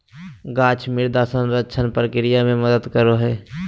गाछ मृदा संरक्षण प्रक्रिया मे मदद करो हय